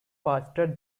faster